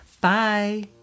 Bye